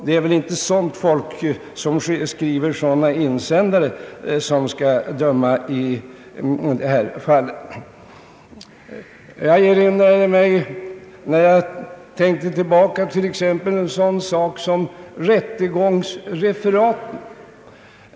Det är väl inte folk som skriver sådana insändare som skall döma i detta fall. Jag tänker på en sådan sak som rättegångsreferaten.